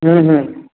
ହୁଁ ହୁଁ